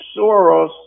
Soros